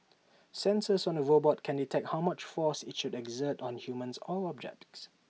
sensors on the robot can detect how much force IT should exert on humans or objects